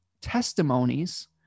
testimonies